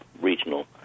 regional